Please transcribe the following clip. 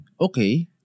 Okay